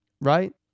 Right